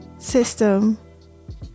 System